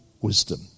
wisdom